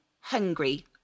hungry